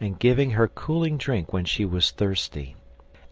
and giving her cooling drink when she was thirsty